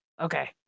okay